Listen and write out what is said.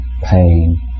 pain